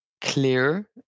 clear